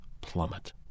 plummet